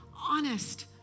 honest